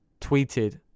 tweeted